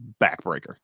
backbreaker